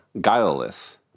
guileless